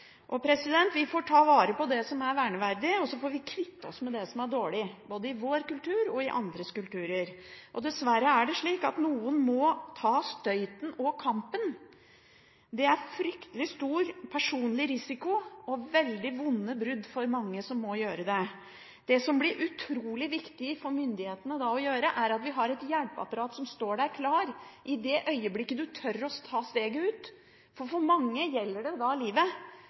Vi får ta vare på det som er verneverdig, og så får vi kvitte oss med det som er dårlig både i vår kultur og i andres kulturer. Dessverre er det slik at noen må ta støyten og kampen. Det er fryktelig stor personlig risiko og veldig vonde brudd for mange som gjør det. Det som blir utrolig viktig å gjøre for myndighetene, er å bygge opp et hjelpeapparat som står klart i det øyeblikket en tør å ta steget ut – for mange gjelder det livet